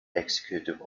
executive